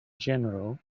general